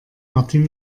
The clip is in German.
martin